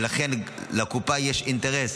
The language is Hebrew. ולכן לקופה יש אינטרס,